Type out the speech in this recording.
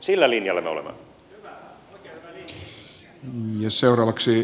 sillä linjalla me olemme